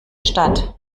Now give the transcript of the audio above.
stadt